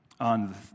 on